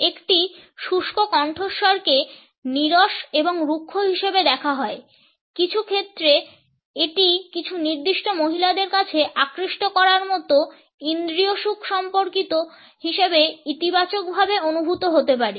একটি শুষ্ক কণ্ঠস্বরকে নীরস এবং রুক্ষ হিসাবে দেখা হয় কিছু ক্ষেত্রে এটি কিছু নির্দিষ্ট মহিলাদের কাছে আকৃষ্ট করার মতো ইন্দ্রিয়সুখ সম্পর্কিত হিসাবে ইতিবাচকভাবে অনুভূত হতে পারে